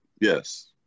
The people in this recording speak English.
Yes